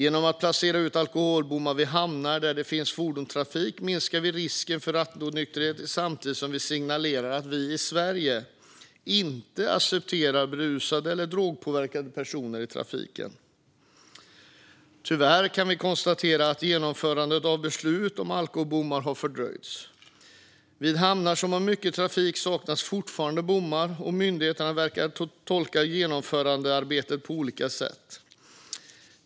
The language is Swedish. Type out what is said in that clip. Genom att placera ut alkobommar vid hamnar där det finns fordonstrafik minskar vi risken för rattonykterhet samtidigt som vi signalerar att vi i Sverige inte accepterar berusade eller drogpåverkade personer i trafiken. Tyvärr kan vi konstatera att genomförandet av beslutet om alkobommar har fördröjts. Vid hamnar som har mycket trafik saknas fortfarande bommar, och myndigheterna verkar tolka genomförandearbetet på olika sätt.